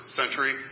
century